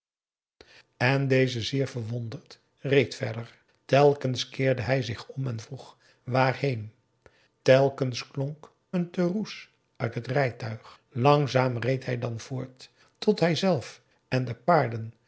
en deze zeer verwonderd reed verder telkens keerde hij zich om en vroeg waarheen telkens klonk een teroes uit het rijtuig langzaam reed hij dan voort tot hij zelf en de paarden